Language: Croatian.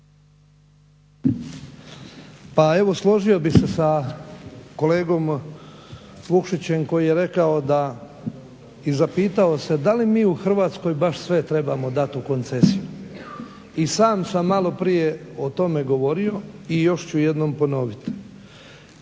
Pa evo složio bih se sa kolegom Vukšićem koji je rekao i zapitao se da li mi u Hrvatskoj baš sve trebamo dati u koncesiju? I sam sam maloprije o tome govorio i još ću jednom ponoviti.